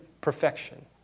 perfection